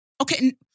Okay